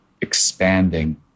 expanding